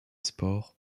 sports